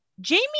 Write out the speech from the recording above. Jamie